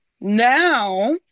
now